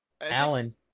alan